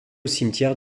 cimetière